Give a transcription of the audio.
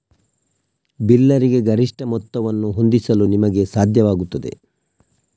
ಬಿಲ್ಲರಿಗೆ ಗರಿಷ್ಠ ಮೊತ್ತವನ್ನು ಹೊಂದಿಸಲು ನಿಮಗೆ ಸಾಧ್ಯವಾಗುತ್ತದೆ